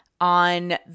on